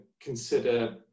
consider